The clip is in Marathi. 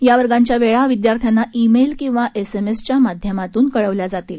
या वर्गांच्या वेळा विद्यार्थ्यांना ई मेल किंवा एसएमएस च्या माध्यामातून कळवल्या जातील